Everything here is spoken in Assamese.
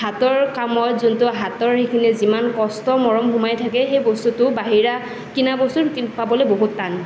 হাতৰ কামত যোনটো হাতৰ সেইখিনি যোনখিনি যিমান কষ্ট মৰম সোমাই থাকে সেই বস্তুটো বাহিৰা কিনা বস্তু তেনে পাবলে বহুত টান